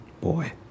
Boy